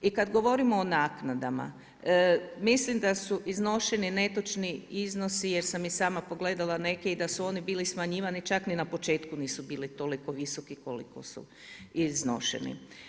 I kad govorimo o naknadama, mislim da su iznošeni netočni iznosi jer sam i sama pogledala neke i da su oni bili smanjivani čak ni na početku nisu bili toliko visoki koliko su iznošeni.